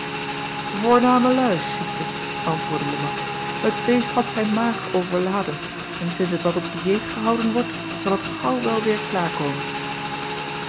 ziekte antwoordde e at het beest had zijn maag overladen en sinds het wat op diëet gehouden wordt zal het gaauw wel weêr klaarkomen